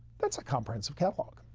that's a comprehensive catalog.